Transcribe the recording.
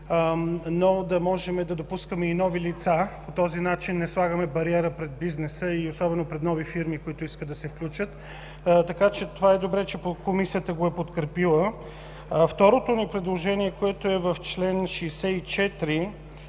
но да можем да допускаме и нови лица. По този начин не слагаме бариера пред бизнеса и особено пред нови фирми, които искат да се включат. Добре е, че Комисията е подкрепила това предложение. Второто ни